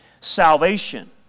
salvation